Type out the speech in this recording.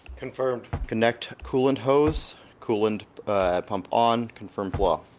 confirmed connect coolant hose. coolant pump on. confirmed flow.